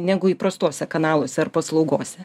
negu įprastuose kanaluose ar paslaugose